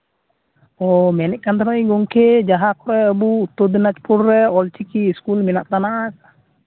ᱚ ᱢᱮᱱᱮᱫ ᱠᱟᱱ ᱛᱟᱦᱮᱱᱤᱧ ᱜᱚᱢᱠᱮ ᱡᱟᱦᱟᱸ ᱟᱹᱵᱩ ᱩᱛᱛᱚᱨ ᱫᱤᱱᱟᱡᱽᱯᱩᱨ ᱨᱮ ᱚᱞᱪᱤᱠᱤ ᱤᱥᱠᱩᱞ ᱵᱮᱱᱟᱜ ᱠᱟᱱᱟ